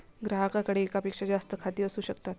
ग्राहकाकडे एकापेक्षा जास्त खाती असू शकतात